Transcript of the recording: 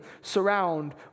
surround